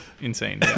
insane